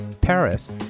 Paris